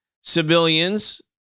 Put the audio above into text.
civilians